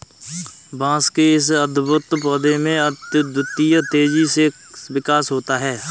बांस के इस अद्भुत पौधे में अद्वितीय तेजी से विकास होता है